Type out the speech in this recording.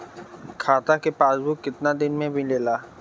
खाता के पासबुक कितना दिन में मिलेला?